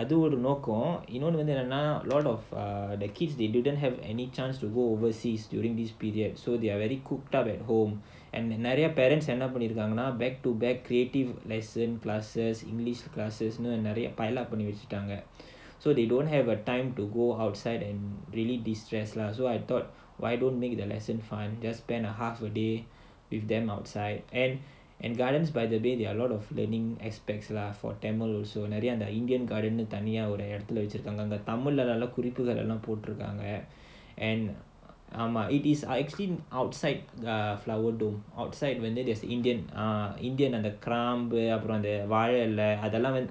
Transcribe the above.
அதுவும் ஒரு நோக்கம் இன்னொன்னு என்னனா:adhu mattumilla adhuvum oru nokkam innonnu ennanaa a lot of err the kids they don't have any chance to go overseas during this period so they are very cooped up at home and நிறைய என்ன பண்ணிருக்காங்கன்னா:niraiya enna pannirukaanganaa back to back creative lesson classes english classes நிறைய பண்ணி வச்சிட்டாங்க:niraiya panni vachittaanga so they don't have a time to go outside and really distress leh so I thought why don't make the lesson fun just spend a half a day with them outside and and gardens by the bay there are a lot of learning aspects lah for tamil also நிறைய Indian தனியா எடுத்துல வச்சிருக்காங்க தமிழ்ல குறிப்புக்கள்லாம் போட்ருக்காங்க:niraiya indian thaniyaa eduthula vachirukkaanga tamil kuripugallaam potrukkaanga it is ah actually outside ah flower dome outside when there there's indian uh indian கிராம்பு அப்புறம் வாழ இல:krambu appuram vazha ila